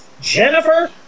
Jennifer